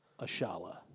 Ashala